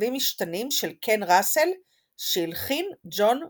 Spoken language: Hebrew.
"מצבים משתנים" של קן ראסל שהלחין ג'ון קוריליאנו.